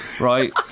right